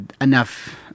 enough